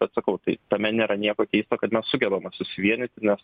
bet sakau tai tame nėra nieko keisto kad mes sugebama susivienyti nes